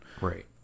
Right